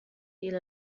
إلى